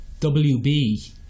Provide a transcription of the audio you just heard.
WB